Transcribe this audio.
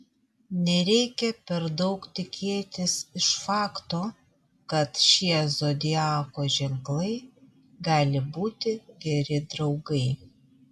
nereikia per daug tikėtis iš fakto kad šie zodiako ženklai gali būti geri draugai